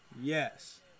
Yes